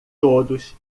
todos